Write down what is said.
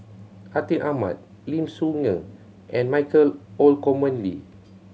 Atin Amat Lim Soo Ngee and Michael Olcomendy